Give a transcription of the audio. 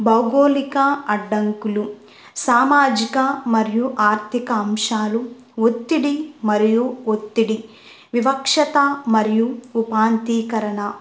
భౌగోళిక అడ్డంకులు సామాజిక మరియు ఆర్థిక అంశాలు ఒత్తిడి మరియు ఒత్తిడి వివక్షత మరియు ఉపాంతికము